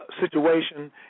situation